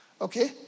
Okay